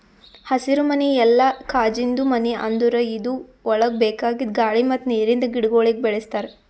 ಹಸಿರುಮನಿ ಇಲ್ಲಾ ಕಾಜಿಂದು ಮನಿ ಅಂದುರ್ ಇದುರ್ ಒಳಗ್ ಬೇಕಾಗಿದ್ ಗಾಳಿ ಮತ್ತ್ ನೀರಿಂದ ಗಿಡಗೊಳಿಗ್ ಬೆಳಿಸ್ತಾರ್